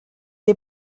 est